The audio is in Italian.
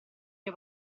mio